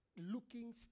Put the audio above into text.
looking